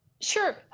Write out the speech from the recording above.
Sure